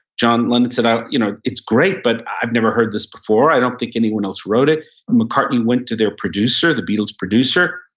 john lennon said, you know it's great, but i've never heard this before. i don't think anyone else wrote it. and mccartney went to their producer, the beatles' producer,